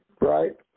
right